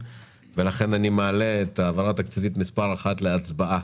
וכלן אני מעלה את ההעברה התקציבית מספר אחת להצבעה,